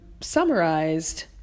summarized